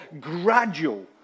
gradual